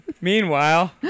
Meanwhile